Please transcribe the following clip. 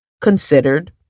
considered